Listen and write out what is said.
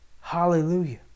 Hallelujah